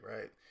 right